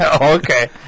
Okay